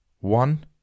one